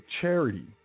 charity